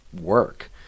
work